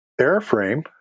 airframe